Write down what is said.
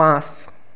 পাঁচ